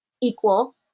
equal